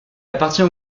appartient